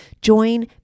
Join